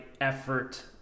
effort